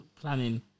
planning